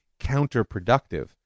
counterproductive